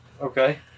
Okay